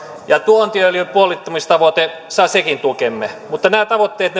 ja tuontiöljyn puolittumistavoite saa sekin tukemme mutta nämä tavoitteet